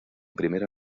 primera